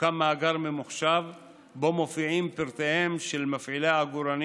הוקם מאגר ממוחשב שבו מופיעים פרטיהם של מפעילי העגורנים